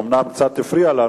אומנם קצת הפריע לנו.